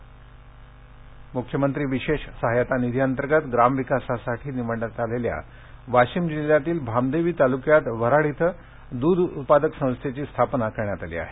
दुध उत्पादनः म्ख्यमंत्री विशेष सहाय्यता निधी अंतर्गत ग्रामविकासासाठी निवडण्यात आलेल्या वाशिम जिल्ह्यातील भामदेवी तालुक्यात वऱ्हाड दूध उत्पादक संस्थेची स्थापना करण्यात आली आहे